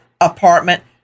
apartment